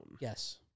Yes